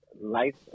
life